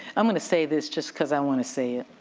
i'm gonna say this just cause i wanna say it.